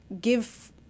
give